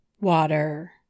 water